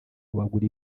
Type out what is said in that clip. bagura